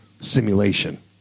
simulation